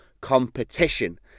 competition